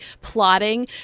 plotting